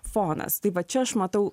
fonas tai va čia aš matau